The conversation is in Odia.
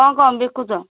କ'ଣ କ'ଣ ବିକୁଛ